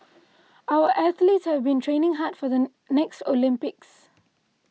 our athletes have been training hard for the next Olympics